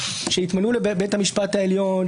שהתמנו לבית המשפט העליון,